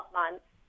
months